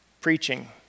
preaching